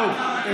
טוב.